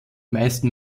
meisten